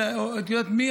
או שאת יודעת מי,